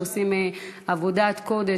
שעושים עבודת קודש,